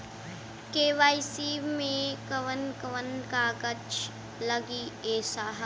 KYC मे कवन कवन कागज लगी ए साहब?